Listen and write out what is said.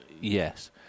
Yes